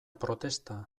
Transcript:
protesta